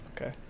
Okay